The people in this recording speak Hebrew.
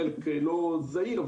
חלק לא זעיר,